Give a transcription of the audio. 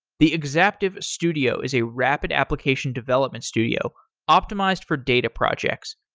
the exaptive studio is a rapid application development studio optimized for data projects.